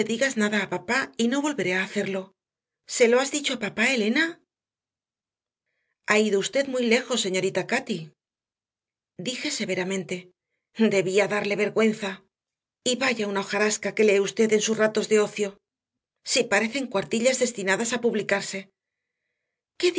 digas nada a papá y no volveré a hacerlo se lo has dicho a papá elena ha ido usted muy lejos señorita cati dije severamente debía darle vergüenza y vaya una hojarasca que lee usted en sus ratos de ocio si parecen cuartillas destinadas a publicarse qué